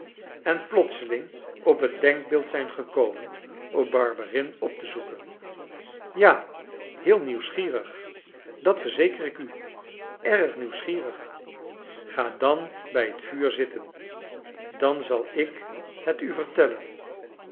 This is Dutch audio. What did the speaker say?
en plotseling op het denkbeeld zijn gekomen om barberin op te zoeken ja heel nieuwsgierig dat verzeker ik u erg nieuwsgierig ga dan bij het vuur zitten dan zal ik het u vertellen